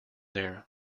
there